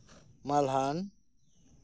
ᱢᱟᱞᱦᱟᱱ